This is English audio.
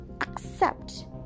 accept